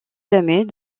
jamais